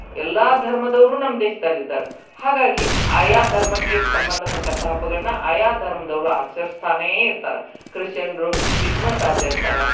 ಎಲ್ಲ ಧರ್ಮದವರು ನಮ್ಮ ದೇಶದಲ್ಲಿದ್ದಾರ್ ಹಾಗಾಗಿ ಆಯಾ ಧರ್ಮಕ್ಕೆ ಸಂಬಂಧಪಟ್ಟಂಥ ಹಬ್ಬಗಳನ್ನು ಆಯಾ ಧರ್ಮದವ್ರು ಆಚರಿಸ್ತಾನೇ ಇರ್ತಾರೆ ಕ್ರಿಶ್ಚಿಯನ್ರು ಕ್ರಿಸ್ಮಸ್ ಆಚರಿಸ್ತಾರೆ